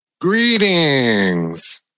Greetings